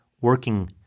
working